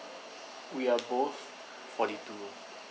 we are both forty two